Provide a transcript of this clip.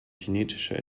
kinetischer